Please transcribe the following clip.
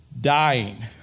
dying